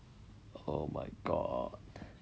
oh my god